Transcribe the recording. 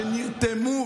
שנרתמו,